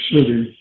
City